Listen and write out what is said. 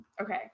Okay